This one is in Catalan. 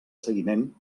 seguiment